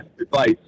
advice